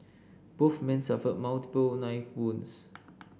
both men suffered multiple knife wounds